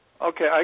Okay